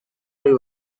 very